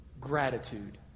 gratitude